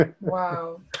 Wow